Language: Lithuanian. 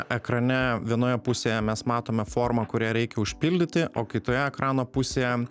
ekrane vienoje pusėje mes matome formą kurią reikia užpildyti o kitoje ekrano pusėje